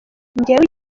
njyewe